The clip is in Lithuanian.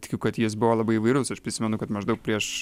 tikiu kad jis buvo labai įvairūs aš prisimenu kad maždaug prieš